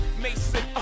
Mason